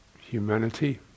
humanity